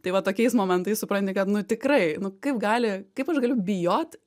tai va tokiais momentais supranti kad nu tikrai nu kaip gali kaip aš galiu bijot